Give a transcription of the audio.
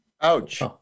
Ouch